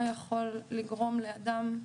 מה יכול לגרום לאדם,